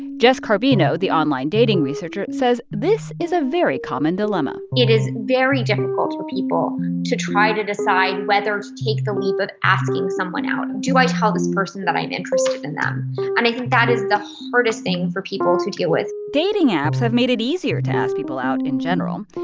jess carbino, the online dating researcher, says this is a very common dilemma it is very difficult for people to try to decide whether to take the leap of asking someone out. do i tell this person that i'm interested in them? and i think that is the hardest thing for people to deal with dating apps have made it easier to ask people out in general,